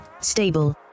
Stable